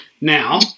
Now